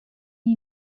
you